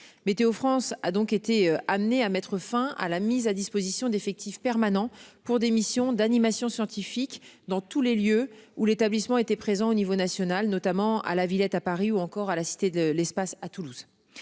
Météo France a donc été amenée à mettre fin à la mise à disposition d'effectifs permanent pour des missions d'animation scientifique dans tous les lieux où l'établissement était présent au niveau national, notamment à La Villette à Paris ou encore à la Cité de l'espace à Toulouse.